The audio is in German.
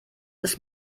ist